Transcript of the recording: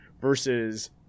versus